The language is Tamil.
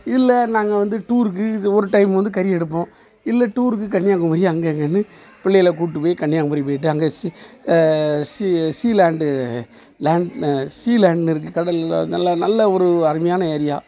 இல்லை நாங்கள் வந்து டூருக்கு இது ஒரு டைம் வந்து கறி எடுப்போம் இல்லை டூருக்கு கன்னியாகுமரி அங்கே இங்கேன்னு பிள்ளைகளை கூப்பிட்டு போய் கன்னியாகுமரி போயிவிட்டு அங்கே sea sea sea land land sea லேண்டுன்னு இருக்கு கடல் நல்ல நல்ல நல்ல ஒரு அருமையான ஏரியா